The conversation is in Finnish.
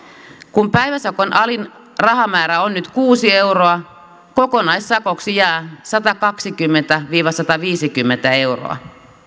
kun päiväsakon alin rahamäärä on nyt kuusi euroa kokonaissakoksi jää satakaksikymmentä viiva sataviisikymmentä euroa